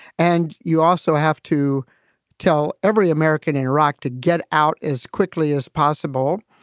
and you also have to kill every american in iraq to get out as quickly as possible.